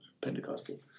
Pentecostal